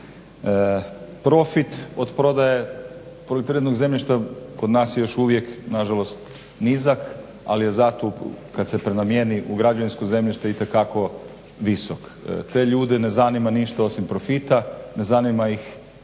Profit od prodaje poljoprivrednog zemljišta kod nas je još uvijek nažalost nizak, al je zato kad se prenamjeni u građevinsko zemljište itekako visok. Te ljude ne zanima ništa osim profita, ne zanima ih